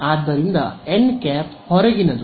ಆದ್ದರಿಂದ n ಹೊರಗಿನದು